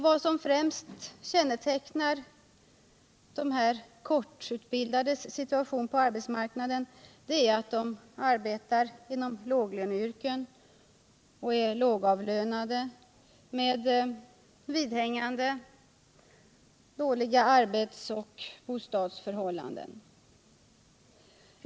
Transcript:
Vad som främst kännetecknar dessa ”kortutbildades” situation på arbetsmarknaden är att de är lågavlönade med vidhängande dåliga arbetsoch bostadsförhållanden.